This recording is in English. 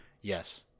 Yes